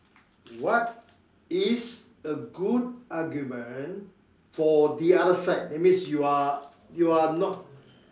what is a good argument for the other side that means you are you are not